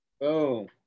Boom